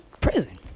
prison